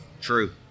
True